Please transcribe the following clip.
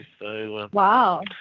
Wow